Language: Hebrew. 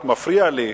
רק מפריע לי,